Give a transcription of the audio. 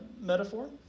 metaphor